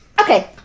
Okay